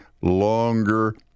longer